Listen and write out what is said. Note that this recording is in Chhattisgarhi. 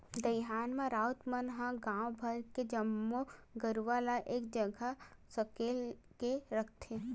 दईहान म राउत मन ह गांव भर के जम्मो गरूवा ल एक जगह सकेल के रखथे